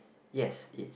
yes it's